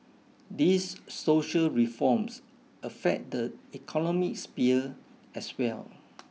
these social reforms affect the economic sphere as well